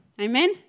Amen